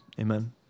Amen